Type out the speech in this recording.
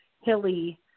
hilly